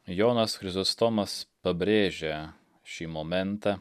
jonas chrizostomas pabrėžia šį momentą